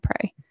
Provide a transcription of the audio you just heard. pray